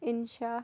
اِنشاء